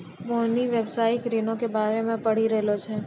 मोहिनी व्यवसायिक ऋणो के बारे मे पढ़ि रहलो छै